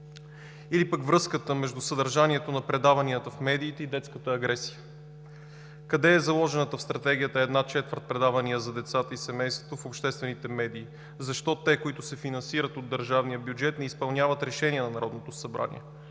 или пък връзката между съдържанието на предаванията в медиите и детската агресия. Къде е заложената в Стратегията една четвърт предавания за децата и семейството в обществените медии? Защо те, които се финансират от държавния бюджет, не изпълняват решения на Народното събрание?